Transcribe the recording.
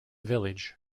village